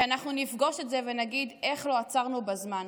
שאנחנו נפגוש את זה ונגיד: איך לא עצרנו בזמן?